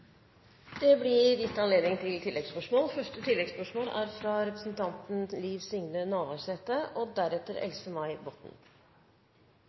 Det blir gitt anledning til oppfølgingsspørsmål – først Liv Signe Navarsete.